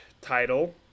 title